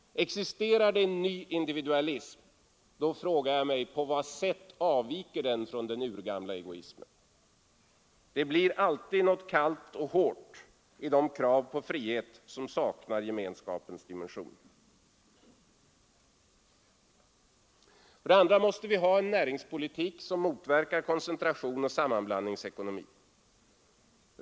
Existerar det en ny 30 januari 1974 individualism frågar jag mig på vad sätt den avviker från den urgamla ——— egoismen. Det blir alltid något kallt och hårt i de krav på frihet som saknar gemenskapens dimensioner. För det andra måste vi ha en näringspolitik som motverkar koncentration och sammanblandningsekonomi.